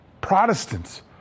Protestants